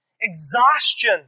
exhaustion